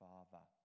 Father